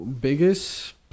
Biggest